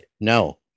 No